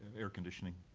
air conditioning?